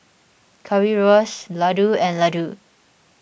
Currywurst Ladoo and Ladoo